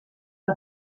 que